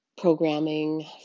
programming